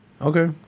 Okay